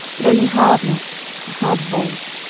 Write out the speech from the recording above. but only hardness, a hard voice,